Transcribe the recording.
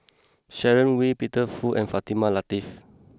Sharon Wee Peter Fu and Fatimah Lateef